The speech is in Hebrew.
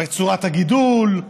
בצורת הגידול,